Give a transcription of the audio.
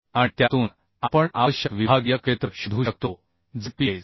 आणि त्यातून आपण आवश्यक विभागीय क्षेत्र शोधू शकतो जे P s